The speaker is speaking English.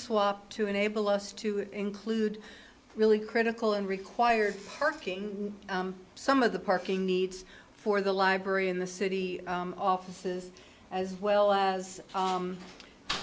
swap to enable us to include really critical and requires working some of the parking needs for the library in the city offices as well as